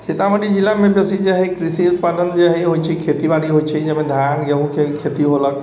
सीतामढ़ी जिलामे बेसी जे हइ कृषि उत्पादन जे हइ होइ छै ओहिमे खेतीबाड़ी होइ छै जेहिमे धान गेहूँके खेती होलक